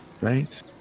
right